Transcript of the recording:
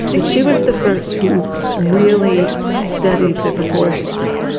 but she was the first who really studied the proportions.